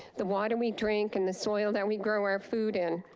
the water we drink and the soil that we grow our food in.